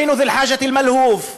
(אומר בערבית ומתרגם:)